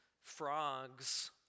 frogs